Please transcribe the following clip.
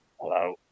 Hello